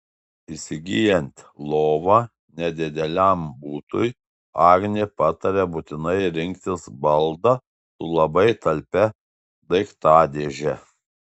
įsigyjant lovą nedideliam butui agnė pataria būtinai rinktis baldą su labai talpia daiktadėže